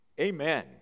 Amen